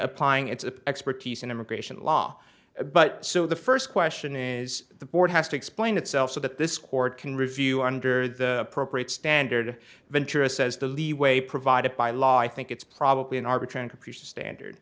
applying its expertise in immigration law but so the first question is the board has to explain itself so that this court can review under the appropriate standard ventura says the leeway provided by law i think it's probably an arbitrary capricious standard